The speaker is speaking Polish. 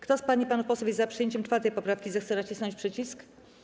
Kto z pań i panów posłów jest za przyjęciem 4. poprawki, zechce nacisnąć przycisk.